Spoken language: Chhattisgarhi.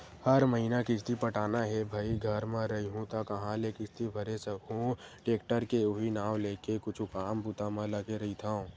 हर महिना किस्ती पटाना हे भई घर म रइहूँ त काँहा ले किस्ती भरे सकहूं टेक्टर के उहीं नांव लेके कुछु काम बूता म लगे रहिथव